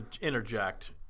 interject